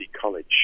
college